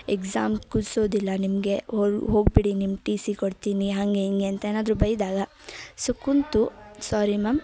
exam ಕೂರ್ಸೋದಿಲ್ಲ ನಿಮಗೆ ಹೋಗಿಬಿಡಿ ನಿಮ್ಮ ಟಿ ಸಿ ಕೊಡ್ತೀನಿ ಹಾಗೆ ಹೀಗೆ ಅಂತೇನಾದರು ಬೈದಾಗ ಸೊ ಕುಂತು ಸ್ವಾರಿ ಮ್ಯಾಮ್